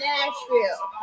Nashville